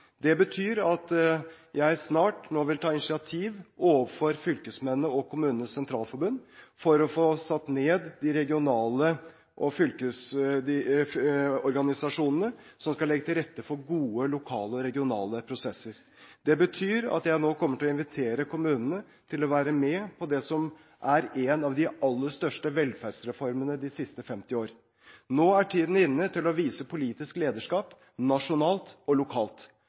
Det betyr at jeg nå snart vil ta initiativ overfor Fylkesmennene og KS for å få satt ned de regionale og fylkesvise organisasjonene som skal legge til rette for gode lokale og regionale prosesser. Det betyr at jeg nå kommer til å invitere kommunene til å være med på det som er en av de aller største velferdsreformene de siste 50 år. Nå er tiden inne til å vise politisk lederskap nasjonalt og lokalt.